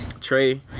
Trey